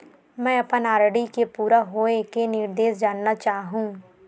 मैं अपन आर.डी के पूरा होये के निर्देश जानना चाहहु